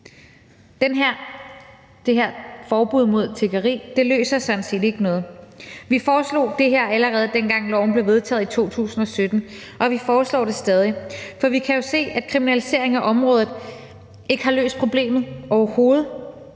Det her forbud mod tiggeri løser sådan set ikke noget. Vi foreslog det her, allerede dengang loven blev vedtaget i 2017, og vi foreslår det stadig, for vi kan jo se, at en kriminalisering af området ikke har løst problemet, overhovedet.